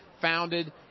founded